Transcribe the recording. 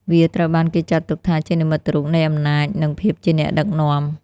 វាត្រូវបានគេចាត់ទុកថាជានិមិត្តរូបនៃអំណាច និងភាពជាអ្នកដឹកនាំ។